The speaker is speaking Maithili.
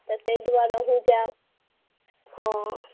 तऽ ताहि दुआरे अहुँ जाएब हॅं